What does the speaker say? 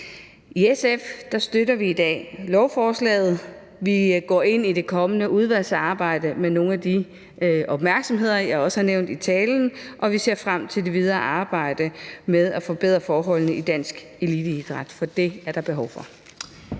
I SF støtter vi i dag lovforslaget. Vi går ind i det kommende udvalgsarbejde med nogle af de opmærksomheder, jeg også har nævnt i talen, og vi ser frem til det videre arbejde med at forbedre forholdene i dansk eliteidræt, for det er der behov for.